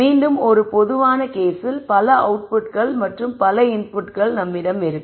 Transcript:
மீண்டும் ஒரு பொதுவான கேஸில் பல அவுட்புட்கள் மற்றும் பல இன்புட்கள் நம்மிடம் இருக்கும்